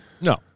no